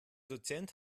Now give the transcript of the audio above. dozent